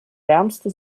wärmste